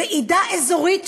ועידה אזורית,